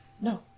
no